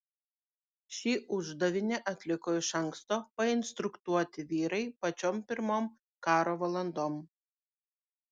šį uždavinį atliko iš anksto painstruktuoti vyrai pačiom pirmom karo valandom